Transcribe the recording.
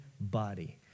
body